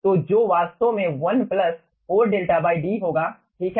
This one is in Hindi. तो जो वास्तव में 1 4 𝛿 D होगा ठीक है